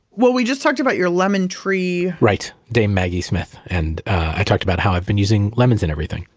well, we just talked about your lemon tree right, dame maggie smith, and i talked about how i've been using lemons in everything.